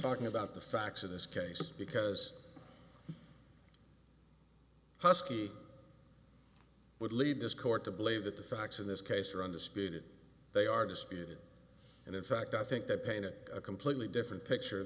talking about the facts of this case because husky would lead this court to believe that the facts in this case are on the speeded they are disputed and in fact i think they painted a completely different picture